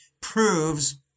proves